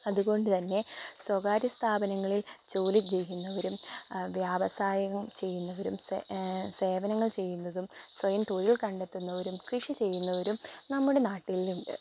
അതുകൊണ്ടുതന്നെ സ്വകാര്യ സ്ഥാപനങ്ങളിൽ ജോലി ചെയ്യുന്നവരും വ്യാവസായികം ചെയ്യുന്നവരും സേവനങ്ങൾ ചെയ്യുന്നതും സ്വയം തൊഴിൽ കണ്ടെത്തുന്നവരും കൃഷി ചെയ്യുന്നവരും നമ്മുടെ നാട്ടിലുണ്ട്